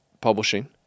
publishing